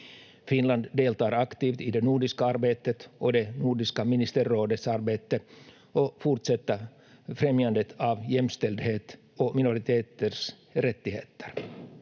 Finland deltar aktivt i det nordiska arbetet och Nordiska ministerrådets arbete och fortsätter främjandet av jämställdhet och minoriteters rättigheter.